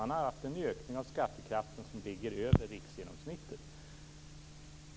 Man har haft en ökning av skattekraften som ligger över riksgenomsnittet.